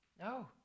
No